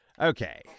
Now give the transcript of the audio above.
Okay